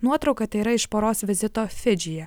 nuotrauka tai yra iš poros vizito fidžyje